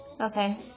Okay